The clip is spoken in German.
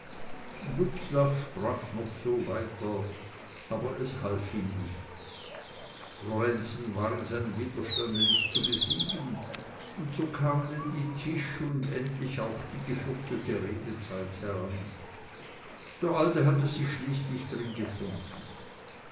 sprach noch so weiter aber es half ihm nichts lorenzen war in seinem widerstande nicht zu besiegen und so kam denn die tisch und endlich auch die gefürchtete redezeit heran der alte hatte sich schließlich drin gefunden